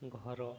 ଘର